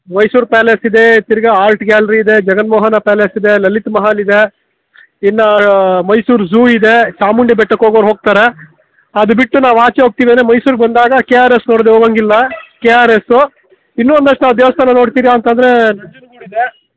Mysuru palace ಇದೆ ತಿರ್ಗ art gallery ಇದೆ ಜಗನ್ಮೋಹನ ಪ್ಯಾಲೇಸ್ ಇದೆ ಲಲಿತ ಮಹಲ್ ಇದೆ ಇನ್ನು ಮೈಸೂರು ಝೂ ಇದೆ ಚಾಮುಂಡಿ ಬೆಟ್ಟಕ್ಕೆ ಹೋಗೋರು ಹೋಗ್ತಾರೆ ಅದುಬಿಟ್ಟು ನಾವು ಆಚೆ ಹೋಗ್ತೀವಿ ಅಂದರೆ ಮೈಸೂರಿಗೆ ಬಂದಾಗ ಕೆ ಆರ್ ಎಸ್ ನೋಡದೆ ಹೋಗಂಗಿಲ್ಲ ಕೆ ಆರ್ ಎಸ್ಸು ಇನ್ನು ಒಂದಷ್ಟು ದೇವಸ್ಥಾನ ನೋಡ್ತೀರ ಅಂತಂದರೆ ನಂಜನಗೂಡಿದೆ